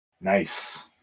Nice